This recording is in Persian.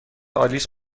آلیس